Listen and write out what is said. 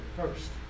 first